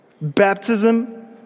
Baptism